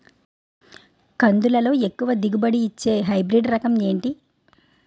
కందుల లో ఎక్కువ దిగుబడి ని ఇచ్చే హైబ్రిడ్ రకం ఏంటి?